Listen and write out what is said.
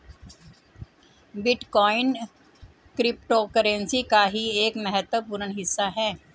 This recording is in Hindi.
बिटकॉइन क्रिप्टोकरेंसी का ही एक महत्वपूर्ण हिस्सा है